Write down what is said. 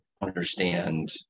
understand